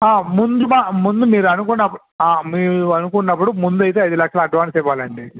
ముందు మా ముందు మీరు అనుకున్న మీరు అనుకున్నప్పుడు ముందు అయితే ఐదు లక్షలు అడ్వాన్స్ ఇవ్వాలి అండి